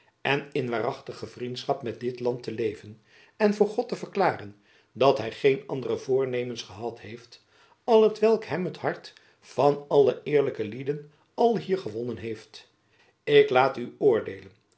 en in waarachtige vriendschap met dit land te leven en voor god te verklaren dat hy geen andere voornemens gehad heeft al t welk hem het hart van alle eerlijke lieden alhier gewonnen heeft ik laat u oordeelen